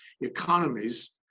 economies